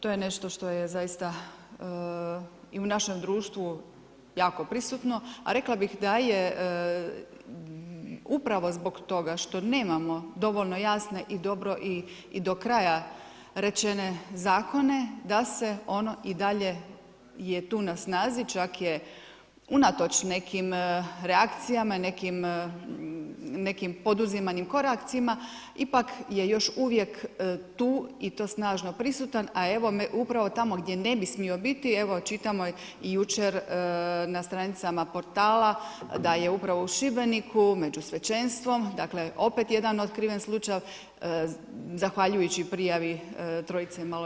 To je nešto što je zaista i u našem društvu jako prisutno, a rekla bih da je upravo zbog toga što nemamo dovoljno jasne i do kraja rečene zakone da se ono i dalje je tu na snazi, čak je unatoč nekim reakcijama i nekim poduzimanim koracima ipak je još uvijek tu i to snažno prisutan, a evo upravo tamo gdje ne bi smio biti, evo čitamo i jučer na stranicama portala da je upravo u Šibeniku, među svećenstvom, dakle opet jedan otkriven slučaj zahvaljujući prijavi trojice maloljetnika, srećom.